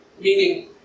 Meaning